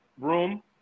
room